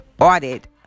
audit